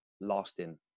lasting